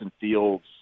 Fields